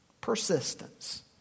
Persistence